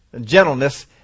Gentleness